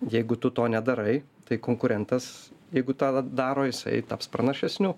jeigu tu to nedarai tai konkurentas jeigu tą daro jisai taps pranašesniu